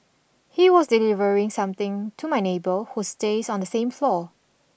he was delivering something to my neighbour who stays on the same floor